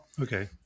Okay